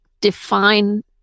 define